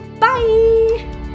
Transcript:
Bye